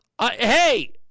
Hey